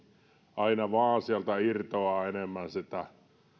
aina vain sieltä irtoaa enemmän sitä